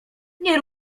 nie